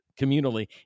communally